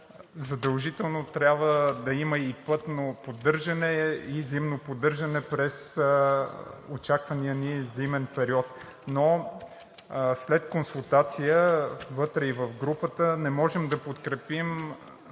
задължително трябва да има и пътно поддържане, и зимно поддържане през очаквания ни зимен период. След консултация вътре и в групата не можем да подкрепим